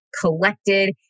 collected